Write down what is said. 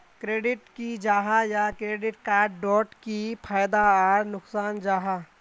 Credit की जाहा या क्रेडिट कार्ड डोट की फायदा आर नुकसान जाहा?